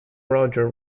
roger